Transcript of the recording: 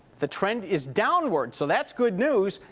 the trend is downward, so that's good news,